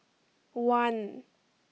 one